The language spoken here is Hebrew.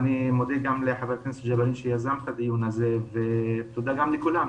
ואני מודה גם לחבר הכנסת ג'בארין שיזם את הדיון הזה ותודה גם לכולם,